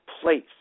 place